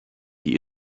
die